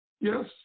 yes